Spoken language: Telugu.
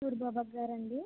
సూరిబాబు గారా అండి